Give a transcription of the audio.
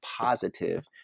positive